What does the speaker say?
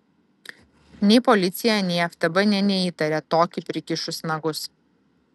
nei policija nei ftb nė neįtarė tokį prikišus nagus